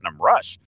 rush